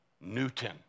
Newton